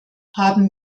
haben